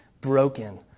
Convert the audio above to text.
broken